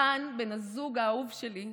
רן, בן הזוג האהוב שלי,